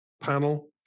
panel